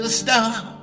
stop